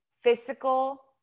physical